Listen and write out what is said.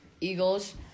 Eagles